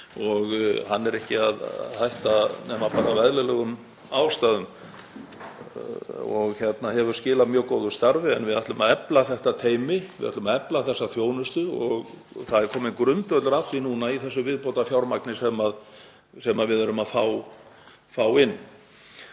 hann er ekki að hætta nema af eðlilegum ástæðum og hefur skilað mjög góðu starfi. Við ætlum að efla þetta teymi. Við ætlum að efla þessa þjónustu og kominn er grundvöllur að því núna í þessu viðbótarfjármagni sem við erum að fá inn.